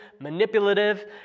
manipulative